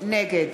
נגד